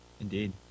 Indeed